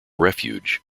refuge